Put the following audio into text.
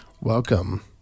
Welcome